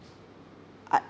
I